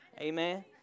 Amen